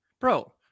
Bro